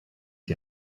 die